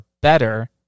better